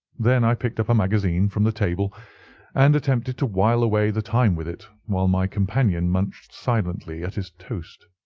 then i picked up a magazine from the table and attempted to while away the time with it, while my companion munched silently at his toast.